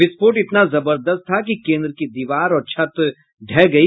विस्फोट इतना जबरदस्त था कि केंद्र की दीवार और छत ढह गई